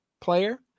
player